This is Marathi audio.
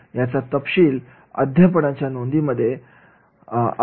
याचा तपशील अध्यापनाच्या नोंदीमध्ये करण्यात यावा